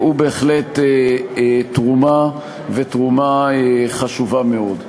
הוא בהחלט תרומה, ותרומה חשובה מאוד.